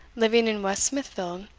living in west smithfield,